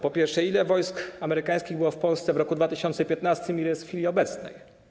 Po pierwsze: Ile wojsk amerykańskich było w Polsce w roku 2015, a ile jest w chwili obecnej?